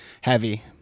heavy